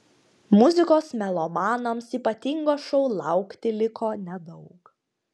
muzikos melomanams ypatingo šou laukti liko nedaug